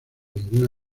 ningún